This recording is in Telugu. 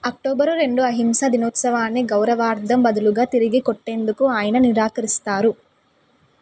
అక్టోబరు రెండు అహింస దినోత్సవాన్ని గౌరవార్థం బదులుగా తిరిగి కొట్టేందుకు ఆయన నిరాకరిస్తారు